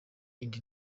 indi